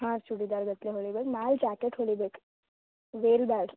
ಹಾಂ ಚೂಡಿದಾರ್ ಗಟ್ಟಲೆ ಹೋಲಿಬೇಕು ನಾಳೆ ಜಾಕೇಟ್ ಹೊಲಿಬೇಕು ವೇಲ್ ಬ್ಯಾಡ ರಿ